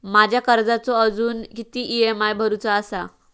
माझ्या कर्जाचो अजून किती ई.एम.आय भरूचो असा?